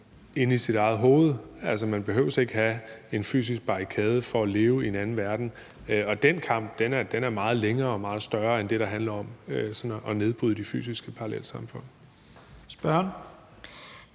inde i sit eget hoved. Altså, man behøver ikke have en fysisk barrikade for at leve i en anden verden. Og den kamp er meget længere og meget større end det, der handler om sådan at nedbryde de fysiske parallelsamfund. Kl.